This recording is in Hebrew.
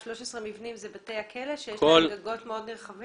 13 מבנים, אלה בתי הכלא שיש להם גגות מאוד רחבים?